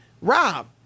Rob